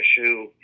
issue